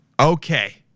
okay